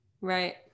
Right